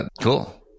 Cool